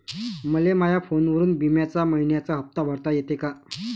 मले माया फोनवरून बिम्याचा मइन्याचा हप्ता भरता येते का?